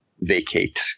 vacate